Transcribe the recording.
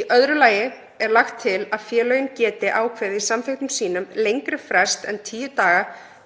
Í öðru lagi er lagt til að félögin geti ákveðið í samþykktum sínum lengri frest en tíu daga